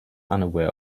unaware